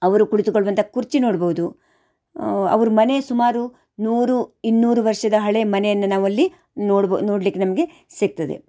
ಅವರು ಕುಳಿತುಕೊಳ್ಳುವಂಥ ಕುರ್ಚಿ ನೋಡ್ಬೌದು ಅವ್ರ ಮನೆ ಸುಮಾರು ನೂರು ಇನ್ನೂರು ವರ್ಷದ ಹಳೇ ಮನೆಯನ್ನು ನಾವಲ್ಲಿ ನೋಡಬೊ ನೋಡ್ಲಿಕ್ಕೆ ನಮಗೆ ಸಿಕ್ತದೆ